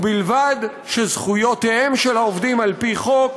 ובלבד שזכויותיהם של העובדים על פי חוק